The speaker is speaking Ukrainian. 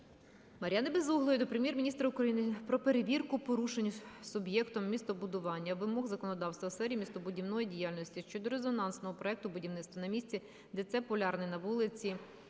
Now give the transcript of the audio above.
Мар'яни Безуглої до Прем'єр-міністра України про перевірку порушень суб'єктом містобудування вимог законодавства у сфері містобудівної діяльності щодо резонансного проекту будівництва на місці ТЦ "Полярний" по вулиці